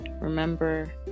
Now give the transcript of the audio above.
Remember